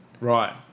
Right